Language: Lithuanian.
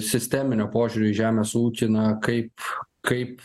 sisteminio požiūrio į žemės ūkį na kaip kaip